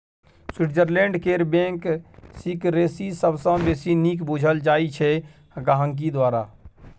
Switzerland केर bank secrecy सबसँ बेसी नीक बुझल जाइ छै गांहिकी द्वारा